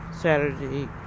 Saturday